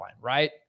right